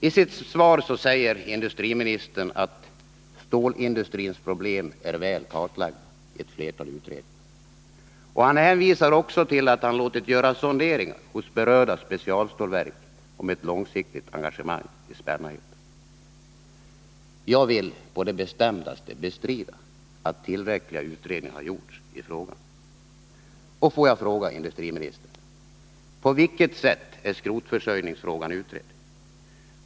Isitt svar säger industriministern att stålindustrins problem är väl kartlagda i fler utredningar. Och han hänvisar också till att han låtit göra sonderingar hos berörda specialstålverk om ett långsiktigt engagemang i Spännarhyttan. Jag vill på det bestämdaste bestrida att tillräckligt många utredningar har gjorts i frågan. Får jag fråga industriministern: På vilket sätt är skrotförsörjningsfrågan utredd?